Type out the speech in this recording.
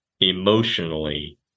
emotionally